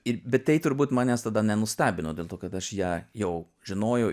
ir bet tai turbūt manęs tada nenustebino dėl to kad aš ją jau žinojau